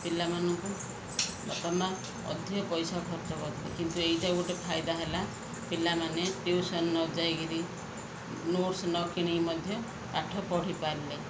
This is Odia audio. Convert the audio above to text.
ପିଲାମାନଙ୍କୁ ବାପା ମାଆ ଅଧିକ ପଇସା ଖର୍ଚ୍ଚ କରଥିଲେ କିନ୍ତୁ ଏଇଟା ଗୋଟେ ଫାଇଦା ହେଲା ପିଲାମାନେ ଟ୍ୟୁସନ୍ ନଯାଇକିରି ନୋଟ୍ସ୍ ନ କିଣିିକି ମଧ୍ୟ ପାଠ ପଢ଼ି ପାରିଲେ